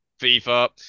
FIFA